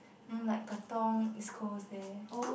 !huh! like Katong East Coast there